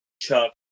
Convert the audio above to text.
Chuck